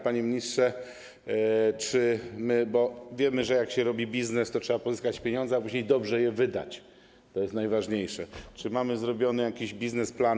Panie ministrze, czy my - bo wiemy, że jak się robi biznes, to trzeba pozyskać pieniądze, a później dobrze je wydać, to jest najważniejsze - mamy zrobiony jakiś biznesplan?